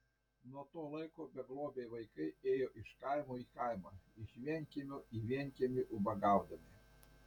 nuo to laiko beglobiai vaikai ėjo iš kaimo į kaimą iš vienkiemio į vienkiemį ubagaudami